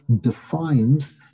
defines